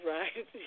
Right